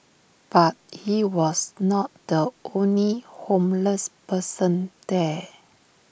but he was not the only homeless person there